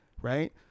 right